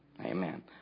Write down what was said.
Amen